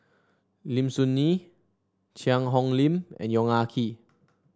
Lim Soo Ngee Cheang Hong Lim and Yong Ah Kee